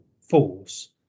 force